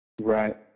Right